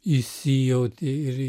įsijauti ir